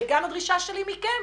וגם הדרישה שלי מכם,